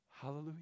Hallelujah